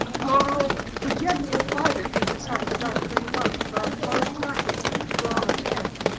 goneril could yet in private make a satisfactory lunch on hard crackers and brawn of ham.